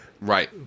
Right